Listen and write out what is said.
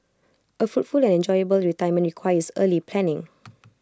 A fruitful and enjoyable retirement requires early planning